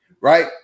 right